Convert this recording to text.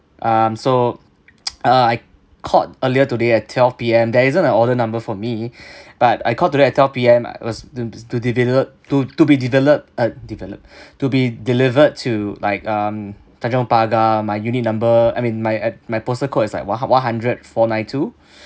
um so uh I called earlier today at twelve P_M there isn't a order number for me but I called today at twelve P_M it was to to develop to to be developed uh developed to be delivered to like um tanjong pagar my unit number I mean my at my postal code is like one hu~ one hundred four nine two